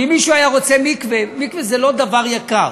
ואם מישהו היה רוצה מקווה, מקווה זה לא דבר יקר,